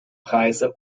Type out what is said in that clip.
preise